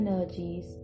energies